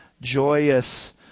Joyous